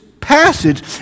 passage